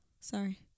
Sorry